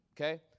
Okay